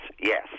Yes